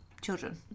children